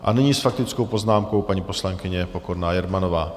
A nyní s faktickou poznámkou paní poslankyně Pokorná Jermanová.